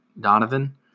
Donovan